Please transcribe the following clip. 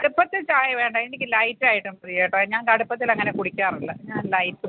കടുപ്പത്തിൽ ചായ വേണ്ട എനിക്ക് ലൈറ്റായിട്ട് പ്രിയേട്ട ഞാൻ കടുപ്പത്തിലങ്ങനെ കുടിക്കാറില്ല ഞാൻ ലൈറ്റ്